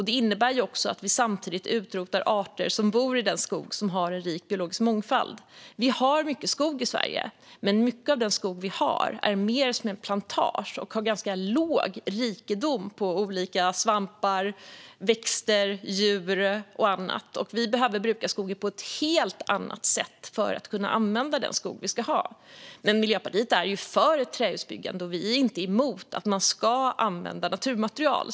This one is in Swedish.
Det innebär att vi samtidigt utrotar arter som bor i den skog som har en rik biologisk mångfald. Sverige har mycket skog, men stora delar av denna skog är mer som en plantage och har ganska liten rikedom av svampar, växter, djur och annat. Vi behöver bruka skogen på ett helt annat sätt för att kunna använda den skog vi ska ha. Miljöpartiet är för trähusbyggande, och vi är inte emot att använda naturmaterial.